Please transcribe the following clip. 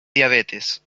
diabetes